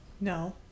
No